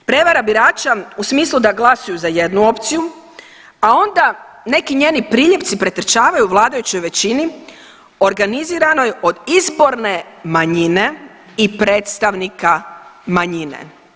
Prevara birača u smislu da glasuju za jednu opciju, a onda neki njeni priljepci pretrčavaju vladajućoj većini organiziranoj od izborne manjine i predstavnika manjine.